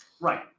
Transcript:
Right